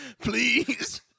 Please